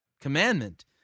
commandment